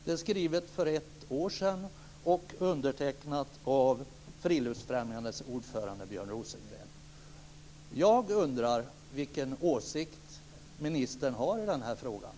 Det är skrivet för ett år sedan och undertecknat av